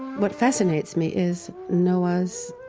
what fascinates me is noah's